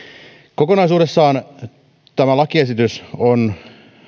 kokonaisuudessaan tämä lakiesitys on